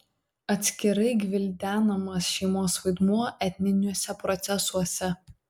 atskirai gvildenamas šeimos vaidmuo etniniuose procesuose